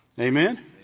Amen